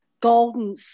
golden